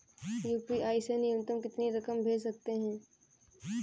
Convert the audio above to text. UPI से न्यूनतम कितनी रकम भेज सकते हैं?